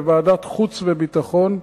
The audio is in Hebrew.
בוועדת החוץ והביטחון,